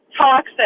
toxic